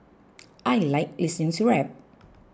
I like listening to rap